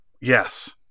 Yes